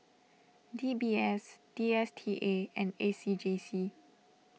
D B S D S T A and A C J C